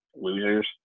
losers